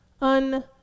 un-